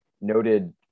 noted